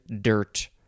dirt